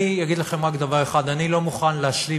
אני אגיד לכם רק דבר אחד: אני לא מוכן להשלים